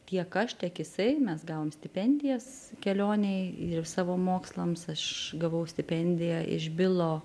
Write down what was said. tiek aš tiek jisai mes gavom stipendijas kelionei ir savo mokslams aš gavau stipendiją iš bilo